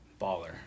baller